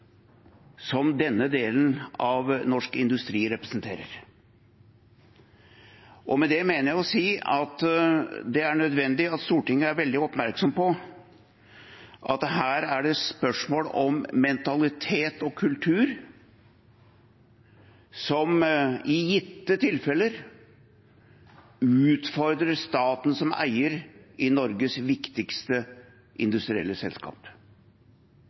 som denne delen av norsk industri representerer. Med det mener jeg å si at det er nødvendig at Stortinget er veldig oppmerksom på at det her er spørsmål om mentalitet og kultur som i gitte tilfeller utfordrer staten som eier i Norges viktigste industrielle selskap.